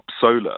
solar